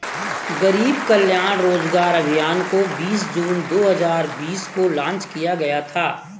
गरीब कल्याण रोजगार अभियान को बीस जून दो हजार बीस को लान्च किया गया था